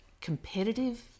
competitive